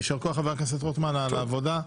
יישר כוח, חבר הכנסת רוטמן, על העבודה,